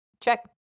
Check